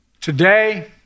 Today